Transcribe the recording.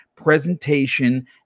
presentation